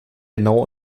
genauer